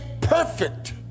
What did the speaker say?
perfect